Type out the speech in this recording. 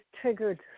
triggered